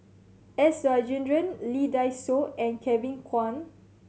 S Rajendran Lee Dai Soh and Kevin Kwan